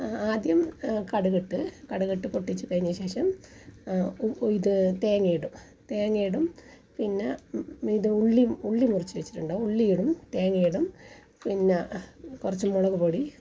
ആദ്യം കടുകിട്ട് കടുകിട്ട് പൊട്ടിച്ച് കഴിഞ്ഞ ശേഷം ഇത് തേങ്ങയിടും തേങ്ങയിടും പിന്നെ ഇത് ഉള്ളി ഉള്ളി മുറിച്ച് വെച്ചിട്ടുണ്ടാകും ഉള്ളിയിടും തേങ്ങയിടും പിന്നെ കുറച്ച് മുളക് പൊടി